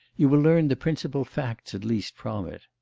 you will learn the principal facts at least from it.